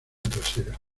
trasera